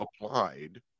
applied